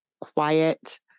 quiet